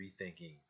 Rethinking